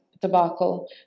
debacle